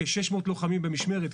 כ-600 לוחמים במשמרת,